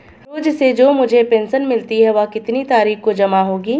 रोज़ से जो मुझे पेंशन मिलती है वह कितनी तारीख को जमा होगी?